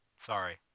Sorry